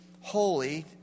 holy